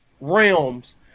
realms